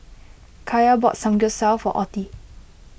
Kaya bought Samgeyopsal for Ottie